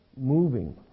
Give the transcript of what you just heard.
moving